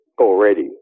already